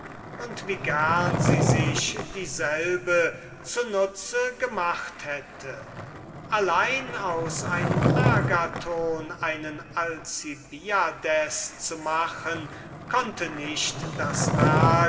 und wie gern sie sich dieselbe zu nutz gemacht hätte allein aus einem agathon einen alcibiades zu machen das konnte nicht das werk